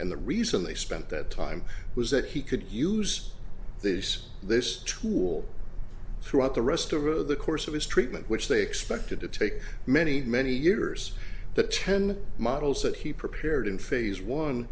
and the reason they spent that time was that he could use this this tool throughout the rest over the course of his treatment which they expected to take many many years that ten models that he prepared in phase one